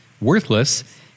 worthless